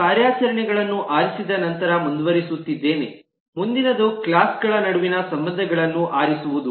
ನೀವು ಕಾರ್ಯಾಚರಣೆಗಳನ್ನು ಆರಿಸಿದ ನಂತರ ಮುಂದುವರೆಸುತ್ತಿದ್ದೇವೆ ಮುಂದಿನದು ಕ್ಲಾಸ್ ಗಳ ನಡುವಿನ ಸಂಬಂಧಗಳನ್ನು ಆರಿಸುವುದು